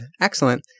Excellent